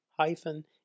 hyphen